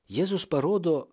jėzus parodo